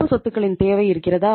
நடப்பு சொத்துகளின் தேவை இருக்கிறதா